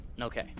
Okay